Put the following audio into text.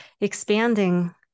expanding